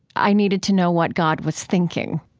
i needed to know what god was thinking.